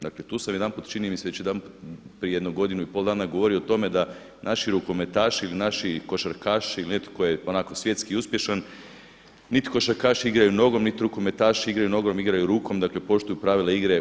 Dakle tu sam jedanput, čini mi se već jedanput prije jednog godinu i pol dana govorio o tome da naši rukometaši ili naši košarkaši ili netko tko je onako svjetski uspješan, niti košarkaši igraju nogom, niti rukometaši igraju nogom, igraju rukom, dakle poštuju pravila igre.